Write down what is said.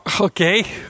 Okay